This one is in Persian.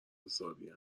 حسابین